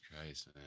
Christ